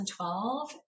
2012